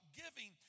giving